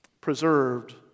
preserved